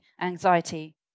anxiety